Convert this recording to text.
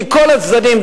מכל הצדדים,